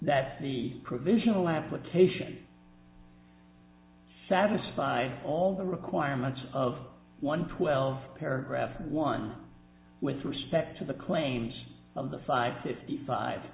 that the provisional application satisfy all the requirements of one twelfth paragraph and one with respect to the claims of the five fifty five